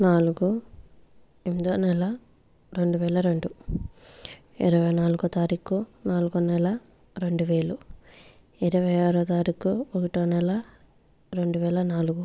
నాలుగు ఎనిమిదో నెల రెండు వేల రెండు ఇరవై నాలుగో తారీఖు నాలుగో నెల రెండు వేలు ఇరవై ఆరో తారీఖు ఒకటో నెల రెండు వేల నాలుగు